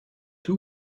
two